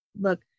look